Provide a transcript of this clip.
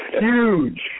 Huge